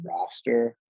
roster